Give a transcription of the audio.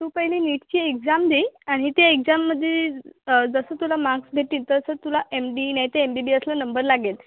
तू पहिले नीटची एक्झाम दे आणि ते एक्झाममधे जसं तुला मार्क्स भेटतील तसं तुला एम डी नाहीतर एम बी बी एसला नंबर लागेल